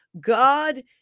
God